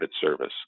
service